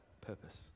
purpose